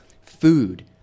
food